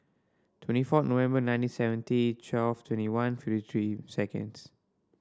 twenty four November nineteen seventy twelve twenty one fifty three seconds